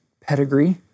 pedigree